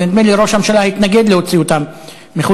ונדמה לי שראש הממשלה התנגד להוציא אותם מחוץ